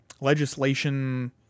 Legislation